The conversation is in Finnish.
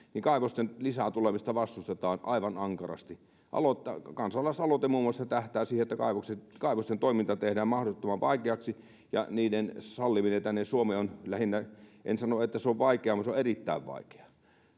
kaivosten lisää tulemista vastustetaan aivan ankarasti kansalaisaloite muun muassa tähtää siihen että kaivosten kaivosten toiminta tehdään mahdottoman vaikeaksi ja niiden salliminen tänne suomeen on lähinnä en sano että se on vaikeaa vaan että se on erittäin vaikeaa